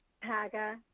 PAGA